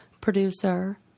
producer